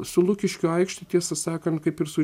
su lukiškių aikšte tiesą sakant kaip ir su